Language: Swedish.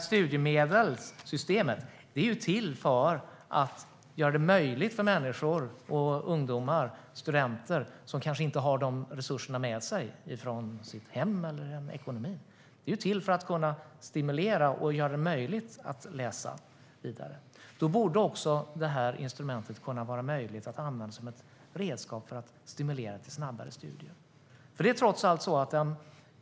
Studiemedelssystemet är till för att göra det möjligt för människor - ungdomar och studenter - som kanske inte har resurser med sig hemifrån eller en egen ekonomi. Det är till för att kunna stimulera och göra det möjligt att läsa vidare. Då borde det också vara möjligt att använda detta instrument som ett redskap för att stimulera till snabbare studier.